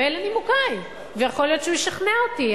ואלה נימוקי - ויכול להיות שהוא ישכנע אותי?